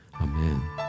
amen